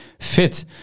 fit